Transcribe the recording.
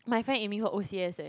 my friend aiming for o_c_s eh